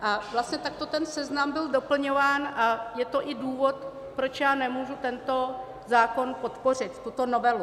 A vlastně takto ten seznam byl doplňován a je to i důvod, proč já nemůžu tento zákon podpořit, tuto novelu.